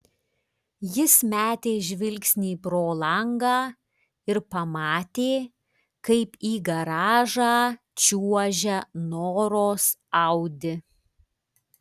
jis metė žvilgsnį pro langą ir pamatė kaip į garažą čiuožia noros audi